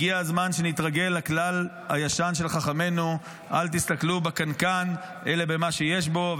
הגיע הזמן שנתרגל לכלל הישן של חכמינו: אל תסתכלו בקנקן אלא במה שיש בו.